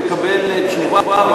תקבל תשובה,